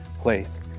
place